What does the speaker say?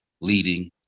leading